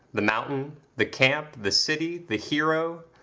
the mountain, the camp, the city, the hero,